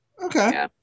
Okay